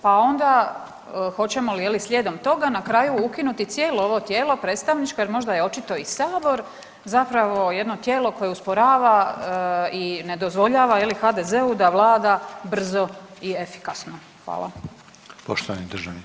Pa onda, hoćemo li, je li, slijedom toga, na kraju ukinuti cijelo ovo tijelo predstavničko jer možda je očito i Sabor zapravo jedno tijelo koje usporava i ne dozvoljava, je li, HDZ-u da vlada brzo i efikasno?